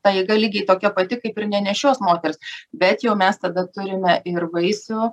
ta jėga lygiai tokia pati kaip ir nenešios moters bet jau mes tada turime ir vaisių